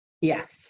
Yes